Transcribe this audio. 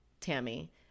Tammy